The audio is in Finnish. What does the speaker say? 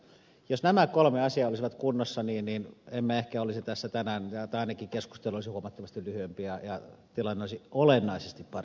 jos nämä kolme asiaa olisivat kunnossa niin emme ehkä olisi tässä tänään tai ainakin keskustelu olisi huomattavasti lyhyempi ja tilanne olisi olennaisesti parempi